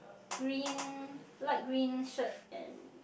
green light green shirt and